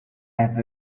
have